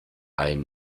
ein